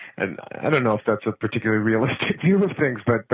and i don't know if that's a particular realistic humor things, but, but